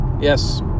Yes